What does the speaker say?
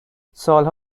سالها